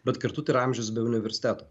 bet kartu tai yra amžius bei universiteto